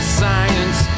science